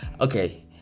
Okay